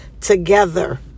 together